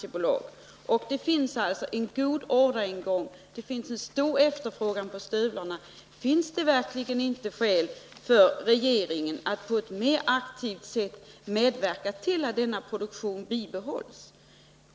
Företaget har en god orderingång, och det finns en stor efterfrågan på stövlarna. Är det då verkligen inte skäl för regeringen att på ett mer aktivt sätt medverka till att den här produktionen bibehålls?